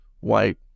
white